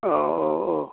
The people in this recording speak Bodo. औ औ औ